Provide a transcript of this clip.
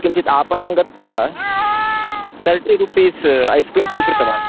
किञ्चित् आपणं गत्वा तर्टी रूपीस् ऐस् क्रीं स्वीकृतवान्